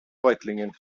reutlingen